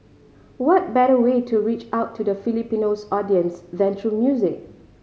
what better way to reach out to the Filipinos audience than through music